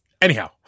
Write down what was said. Anyhow